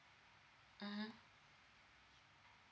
mmhmm